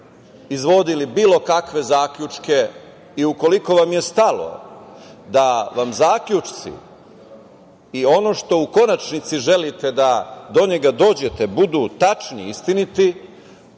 izvodili bilo kakve zaključke i ukoliko vam je stalo da vam zaključci i ono što u konačnom želite da do njega dođete, budu tačni i istiniti,